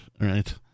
right